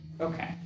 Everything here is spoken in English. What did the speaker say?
okay